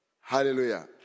Hallelujah